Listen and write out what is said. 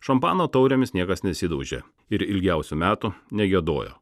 šampano taurėmis niekas nesidaužė ir ilgiausių metų negiedojo